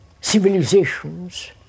civilizations